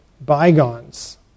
bygones